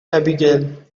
abigail